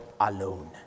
alone